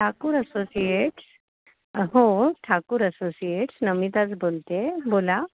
Thakur associates हो Thakur associates नमिताच बोलते आहे बोला